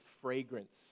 fragrance